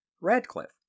Radcliffe